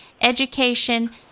education